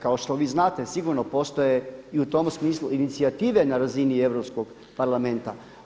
Kao što vi znate sigurno postoje i u tom smislu inicijative na razini Europskog parlamenta.